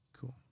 Cool